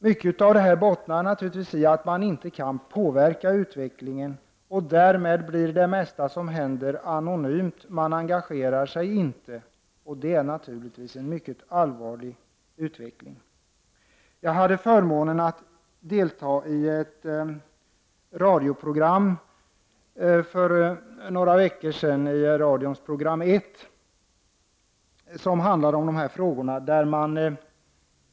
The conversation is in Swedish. Mycket av detta bottnar naturligtvis i att man inte kan påverka utvecklingen. Därmed blir det mesta som händer anonymt, man engagerar sig inte. Detta är naturligtvis en mycket allvarlig utveckling. Jag hade förmånen att för några veckor sedan delta i ett radioprogram i radions Program 1, som handlade om dessa frågor.